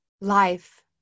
life